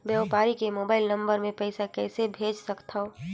व्यापारी के mobile number मे पईसा कइसे भेज सकथव?